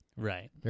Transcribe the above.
Right